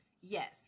Yes